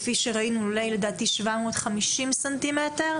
לדעתי לולי 750 ס"מ,